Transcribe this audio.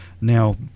Now